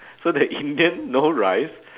so the indian no rice